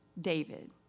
David